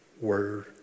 Word